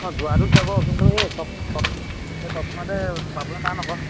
অঁ যোৱাটো যাব কিন্তু সেই সব তৎ সেই তৎক্ষণাতে পাবলৈ টান আকৌ